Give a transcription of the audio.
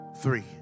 three